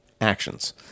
Actions